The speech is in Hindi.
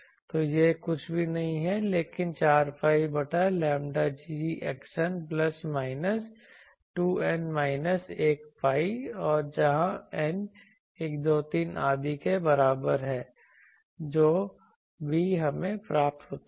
तो यह कुछ भी नहीं है लेकिन 4 pi बटा 𝛌g xn plus minus 2n minus 1 pi और जहाँ n 1 2 3 आदि के बराबर है जो भी हमें प्राप्त होता है